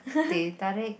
teh-tarik